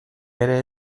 ere